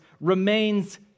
remains